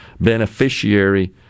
beneficiary